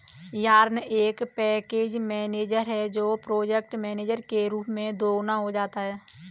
yarn एक package manager है जो प्रोजेक्ट मैनेजर के रूप में दोगुना हो जाता है